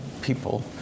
people